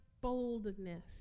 boldness